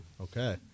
Okay